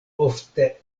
ofte